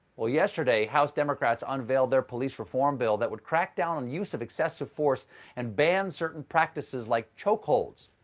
well, yesterday, house democrats unveiled their police reform bill that would crack down on use of excessive force and ban certain practices, like choke holds.